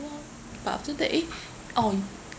lor but after that eh oh